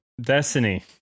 Destiny